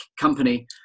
company